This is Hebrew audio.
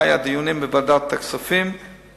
היו דיונים בוועדת הכספים,